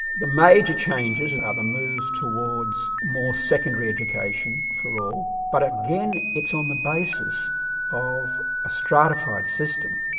the major changes are ah the moves towards more secondary education for all, but again, it's on the basis of a stratified system.